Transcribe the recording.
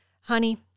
Honey